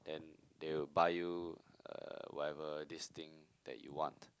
then they will buy you uh whatever this thing that you want